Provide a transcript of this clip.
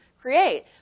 create